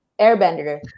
airbender